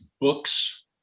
books